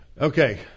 Okay